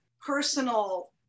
personal